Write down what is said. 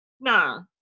No